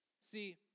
See